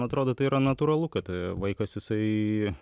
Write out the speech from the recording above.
atrodo tai yra natūralu kad vaikas jisai